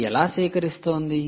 ఇది ఎలా సేకరిస్తోంది